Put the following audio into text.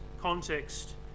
context